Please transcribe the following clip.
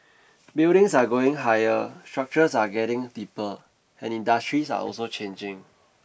buildings are going higher structures are getting deeper and industries are also changing